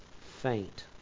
faint